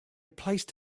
placed